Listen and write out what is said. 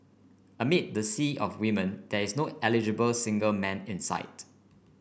amid the sea of women there's no eligible single man in sight